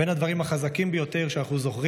בין הדברים החזקים ביותר שאנחנו זוכרים